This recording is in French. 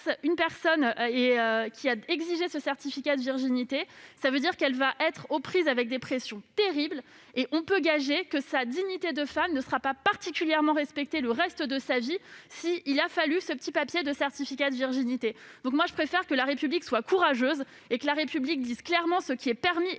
une personne qui a exigé un tel certificat. Elle sera donc aux prises avec des pressions terribles. On peut gager que sa dignité de femme ne sera pas particulièrement respectée le reste de sa vie, s'il a fallu ce petit papier, ce certificat de virginité. Je préfère que la République soit courageuse et qu'elle dise clairement ce qui est permis